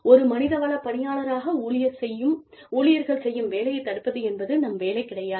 ஒரு மனித வள பணியாளராக ஊழியர்கள் செய்யும் வேலையைத் தடுப்பதென்பது நம் வேலை கிடையாது